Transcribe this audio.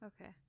Okay